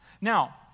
Now